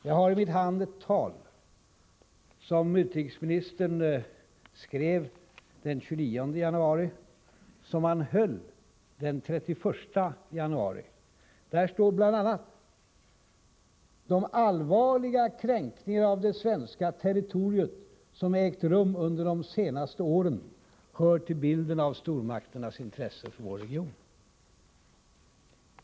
Jag har i min hand ett tal som utrikesministern skrev den 29 januari och som han höll den 31 januari. Där står bl.a.: De allvarliga kränkningarna av det svenska territoriet som ägt rum under de senaste åren hör till bilden av stormakternas intresse för vår region.